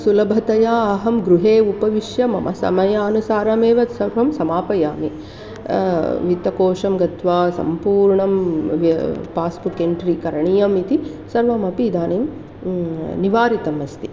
सुलभतया अहं गृहे उपविश्य मम समयानुसारमेव सर्वं समापयामि वित्तकोषं गत्वा सम्पूर्णं पास्बुक् एन्ट्रि करणीयम् इति सर्वमपि इदानीं निवारितम् अस्ति